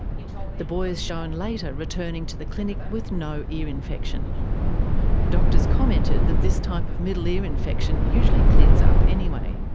you know the boy is shown later returning to the clinic with no ear infection. doctors commented that this type of middle ear infection usually clears up anyway.